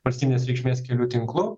valstybinės reikšmės kelių tinklu